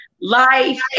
life